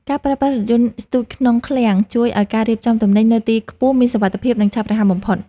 ការប្រើប្រាស់រថយន្តស្ទូចក្នុងឃ្លាំងជួយឱ្យការរៀបចំទំនិញនៅទីខ្ពស់មានសុវត្ថិភាពនិងឆាប់រហ័សបំផុត។